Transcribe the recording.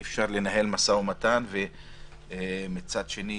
אי אפשר מצד אחד לנהל משא ומתן ומצד שני